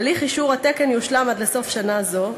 הליך אישור התקן יושלם עד לסוף שנה זו,